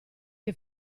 che